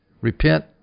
Repent